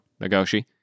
Nagoshi